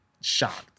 shocked